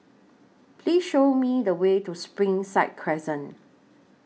Please Show Me The Way to Springside Crescent